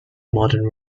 modern